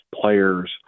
players